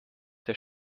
der